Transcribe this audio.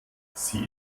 sie